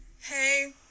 Hey